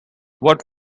what